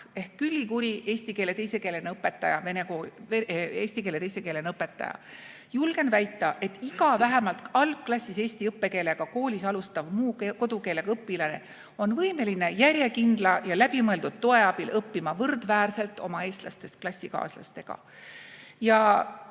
ehk Külli Kuri, eesti keele teise keelena õpetaja. "Julgen väita, et iga vähemalt algklassis eesti õppekeelega koolis alustav muu kodukeelega õpilane on võimeline järjekindla ja läbimõeldud toe abil õppima võrdväärselt oma eestlastest klassikaaslastega." Ja